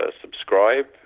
subscribe